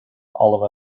all